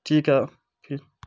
ٹھیک ہے پھر